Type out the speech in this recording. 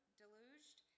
deluged